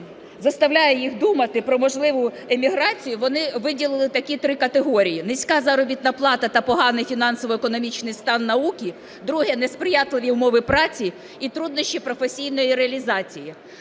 заставляє їх думати про можливу еміграцію, вони виділили такі три категорії: низька заробітна плата та поганий фінансово-економічний стан науки, друге – несприятливі умови праці і труднощі професійної реалізації.